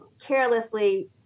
carelessly